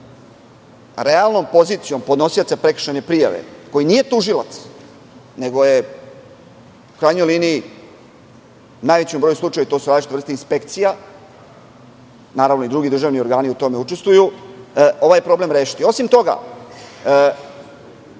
realnom pozicijom podnosioca prekršajne prijave, koji nije tužilac nego je, u krajnjoj liniji, u najvećem broju slučajeva su to različite vrste inspekcija, naravno, i drugi državni organi u tome učestvuju, ovaj problem rešiti? Osim toga,